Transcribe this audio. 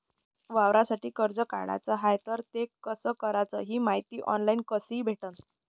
वावरासाठी कर्ज काढाचं हाय तर ते कस कराच ही मायती ऑनलाईन कसी भेटन?